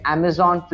Amazon